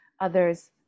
others